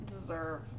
deserve